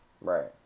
right